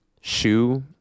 shoe